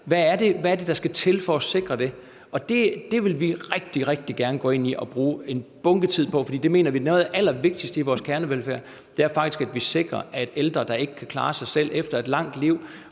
hvad er det, der skal til for at sikre det? Det vil vi rigtig, rigtig gerne gå ind i og bruge en bunke tid på, for det mener vi er noget af det allervigtigste i vores kernevelfærd, altså at vi faktisk sikrer, at ældre, der ikke kan klare sig selv, og som